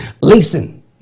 Listen